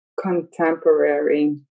contemporary